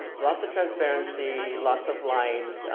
lots of transparency, lots of light.